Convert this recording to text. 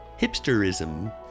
Hipsterism